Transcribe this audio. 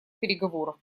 переговоров